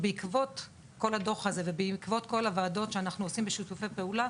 בעקבות כל הדוח הזה ובעקבות כל הוועדות שאנחנו עושים בשיתופי פעולה,